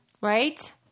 right